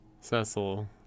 Cecil